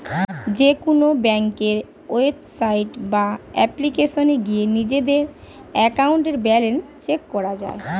যেকোনো ব্যাংকের ওয়েবসাইট বা অ্যাপ্লিকেশনে গিয়ে নিজেদের অ্যাকাউন্টের ব্যালেন্স চেক করা যায়